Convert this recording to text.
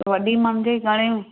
वॾी महंगाई करे